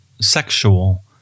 sexual